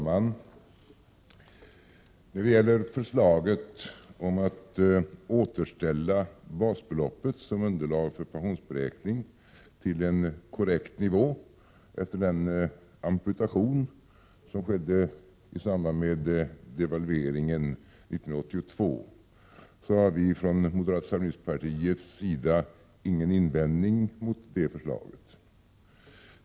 Herr talman! Förslaget om att återställa basbeloppet som underlag för pensionsberäkningen till en korrekt nivå efter den amputation som skedde i samband med devalveringen 1982 har vi från moderata samlingspartiets sida ingen invändning mot.